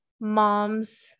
moms